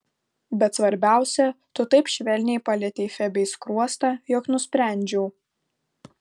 bet svarbiausia tu taip švelniai palietei febei skruostą jog nusprendžiau